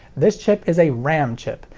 this chip is a ram chip,